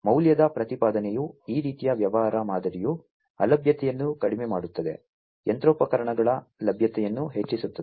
ಮೌಲ್ಯದ ಪ್ರತಿಪಾದನೆಯು ಈ ರೀತಿಯ ವ್ಯವಹಾರ ಮಾದರಿಯು ಅಲಭ್ಯತೆಯನ್ನು ಕಡಿಮೆ ಮಾಡುತ್ತದೆ ಯಂತ್ರೋಪಕರಣಗಳ ಲಭ್ಯತೆಯನ್ನು ಹೆಚ್ಚಿಸುತ್ತದೆ